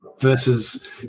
versus